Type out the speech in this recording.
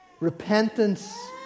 repentance